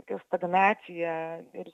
tokia stagnacija ir